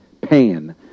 Pan